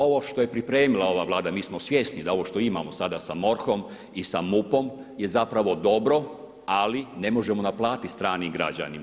Ovo što je pripremila ova Vlada, mi smo svjesni da ovo što imamo sada sa MORH-om i sa MUP-om je zapravo dobro ali ne možemo naplatiti stranim građanima.